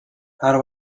how